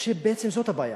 ובעצם זאת הבעיה.